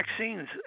vaccines